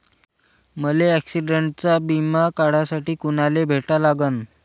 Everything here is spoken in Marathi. मले ॲक्सिडंटचा बिमा काढासाठी कुनाले भेटा लागन?